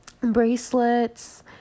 bracelets